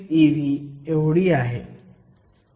30 ev आहे